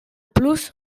plus